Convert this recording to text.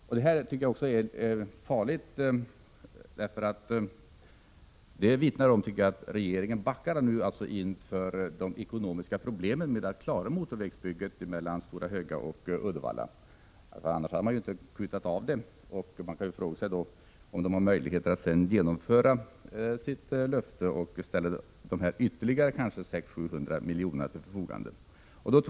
Jag anser att detta är farligt, eftersom det vittnar om att regeringen nu backar inför de ekonomiska problem som uppstår när det gäller att klara motorvägsbygget mellan Stora Höga och Uddevalla. Man kan fråga sig om det sedan finns möjlighet att uppfylla löftet och ställa dessa ytterligare 600-700 miljoner till förfogande.